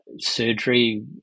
surgery